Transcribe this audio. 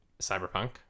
Cyberpunk